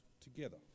together